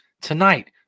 tonight